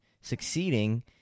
succeeding